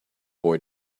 boy